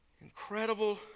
incredible